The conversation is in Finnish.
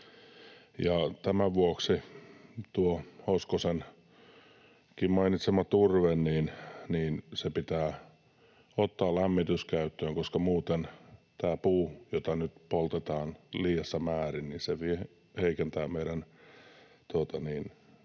Tämän vuoksi tuo Hoskosenkin mainitsema turve pitää ottaa lämmityskäyttöön, koska muuten se, että puuta nyt poltetaan liiassa määrin, heikentää meidän